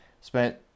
spent